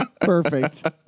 Perfect